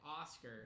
Oscar